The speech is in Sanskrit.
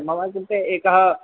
मम कृते एकः